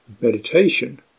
meditation